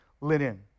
linen